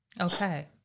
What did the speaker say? Okay